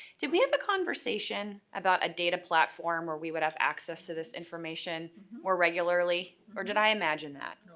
did we have a conversation about a data platform where we would have access to this information more regularly, or did i imagine that?